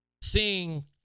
Seeing